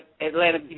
Atlanta